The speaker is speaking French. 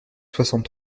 soixante